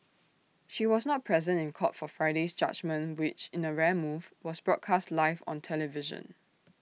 she was not present in court for Friday's judgement which in A rare move was broadcast live on television